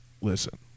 Listen